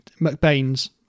McBain's